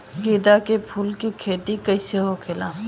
गेंदा के फूल की खेती कैसे होखेला?